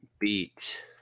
beat